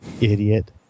Idiot